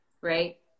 right